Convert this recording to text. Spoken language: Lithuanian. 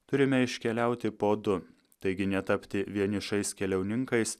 turime iškeliauti po du taigi netapti vienišais keliauninkais